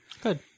Good